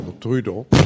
Trudeau